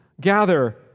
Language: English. gather